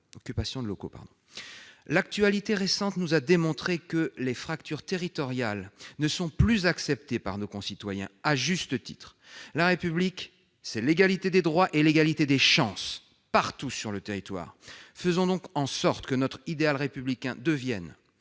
L'actualité récente nous a démontré que les fractures territoriales ne sont plus acceptées par nos concitoyens. À juste titre ! La République, c'est l'égalité des droits et l'égalité des chances, partout sur le territoire. Faisons donc en sorte que notre idéal républicain devienne,